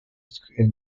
square